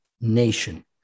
nation